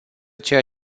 ceea